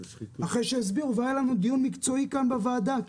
והיה לנו דיון מקצועי כאן בוועדה,